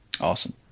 Awesome